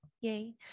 yay